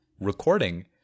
recording